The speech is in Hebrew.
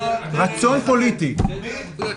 אפשר